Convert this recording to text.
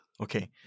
okay